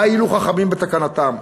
מה הועילו חכמים בתקנתם?